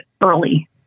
early